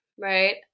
right